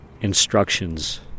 instructions